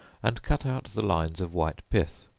and cut out the lines of white pith,